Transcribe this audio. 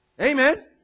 Amen